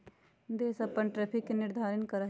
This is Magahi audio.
देश अपन टैरिफ के निर्धारण करा हई